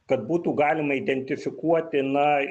kad būtų galima identifikuoti na